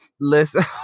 Listen